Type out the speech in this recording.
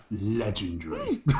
legendary